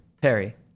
Perry